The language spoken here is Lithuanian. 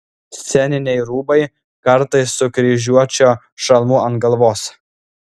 sceniniai rūbai kartais su kryžiuočio šalmu ant galvos